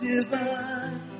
divine